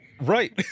Right